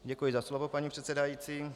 Děkuji za slovo, paní předsedající.